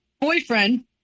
boyfriend